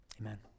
Amen